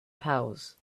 powers